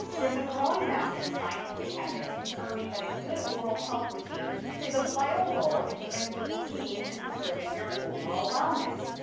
there's a growing mountain of scientific evidence confirming that a good oral health routine plays a vital role in preventing disease and preserving your overall wellness.